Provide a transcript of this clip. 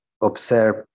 observe